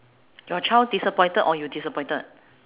your child disappointed or you disappointed